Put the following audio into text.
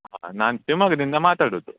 ಹಾಂ ನಾನು ಶಿಮೊಗ್ಗದಿಂದ ಮಾತಾಡುದು